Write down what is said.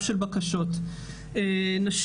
אנחנו מדברות על חוסר במעמד קבע שהוא נמשך המון שנים